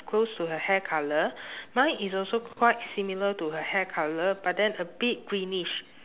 it's close to her hair colour mine is also quite similar to her hair colour but then a bit greenish